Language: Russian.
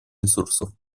ресурсов